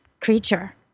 creature